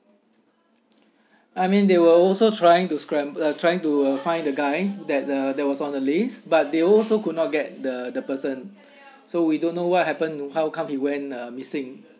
I meant they were also trying to scram~ uh trying to find the guy that the that was on the list but they also could not get the the person so we don't know what happen how come he went uh missing